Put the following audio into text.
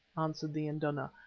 answered the induna,